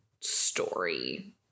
story